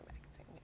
magazine